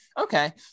Okay